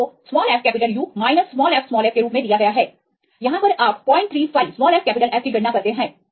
k को fU ff के रूप में दिया गया है यहाँ पर आप 035 fF की गणना करते हैं